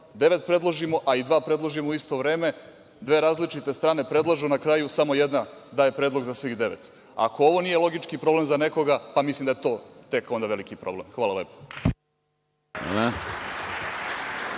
predložimo, a i dva predložimo u isto vreme. Dve različite strane predlažu, na kraju samo jedna daje predlog za svih devet. Ako ovo nije logički problem za nekoga, pa mislim da je to tek onda veliki problem. Hvala lepo.